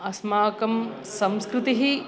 अस्माकं संस्कृतिः